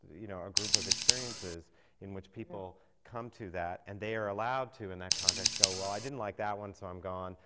you know, a group of experiences in which people come to that and they are allowed to, in that context, go, well, i didn't like that one, so i'm gone.